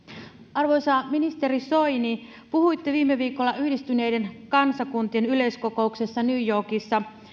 arvoisa ministeri soini puhuitte viime viikolla yhdistyneiden kansakuntien yleiskokouksessa new yorkissa